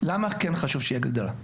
למה כן חשוב שיהיה הגדרה.